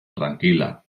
tranquila